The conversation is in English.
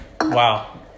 Wow